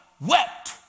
wept